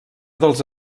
dels